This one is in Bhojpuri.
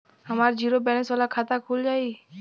हमार जीरो बैलेंस वाला खाता खुल जाई?